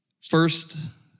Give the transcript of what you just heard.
first